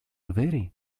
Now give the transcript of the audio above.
vere